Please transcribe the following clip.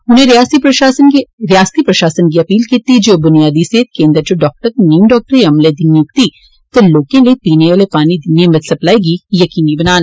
उनें रियासती प्रशासन गी अपील कीती ऐ जे आ बुनियादी सेहत केंद्र इच डॉक्टर ते नीम डाक्टरी अमले दी नियुक्ति ते लोकें लेई पीने आले पानी दी नियमित सप्लाई गी यकीनी बनान